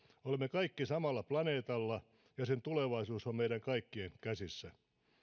olemme kaikki samalla planeetalla ja sen tulevaisuus on meidän kaikkien käsissä